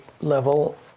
level